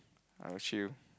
I assume